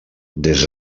des